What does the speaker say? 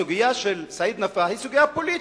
הסוגיה של סעיד נפאע היא סוגיה פוליטית.